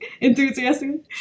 enthusiastic